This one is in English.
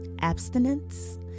abstinence